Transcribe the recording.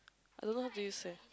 I don't know how do you say